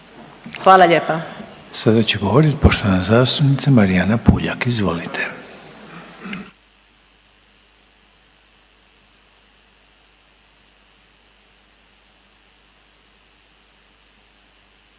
Željko (HDZ)** Sada će govoriti poštovana zastupnica Marijana Puljak, izvolite.